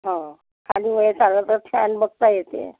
हो खाली वेळ चाळत असते आणि बघता येते